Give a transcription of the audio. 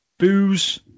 Booze